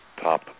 top